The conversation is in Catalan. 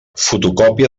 fotocòpia